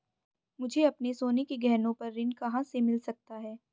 मुझे अपने सोने के गहनों पर ऋण कहां से मिल सकता है?